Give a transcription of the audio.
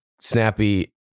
Snappy